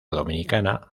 dominicana